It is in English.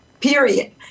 period